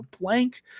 blank